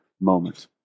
moment